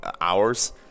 Hours